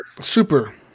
Super